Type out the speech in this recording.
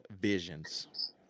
visions